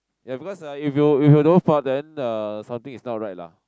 ya because ah if you if you don't fart then uh something is not right lah